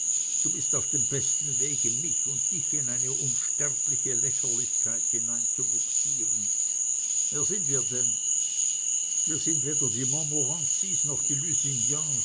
du bist auf dem besten wege mich und dich in eine unsterbliche lächerlichkeit hineinzubugsieren wer sind wir denn wir sind weder die montmorencys noch die